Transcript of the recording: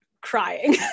crying